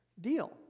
deal